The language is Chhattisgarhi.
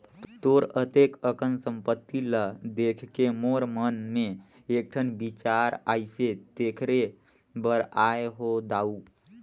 तोर अतेक अकन संपत्ति ल देखके मोर मन मे एकठन बिचार आइसे तेखरे बर आये हो दाऊ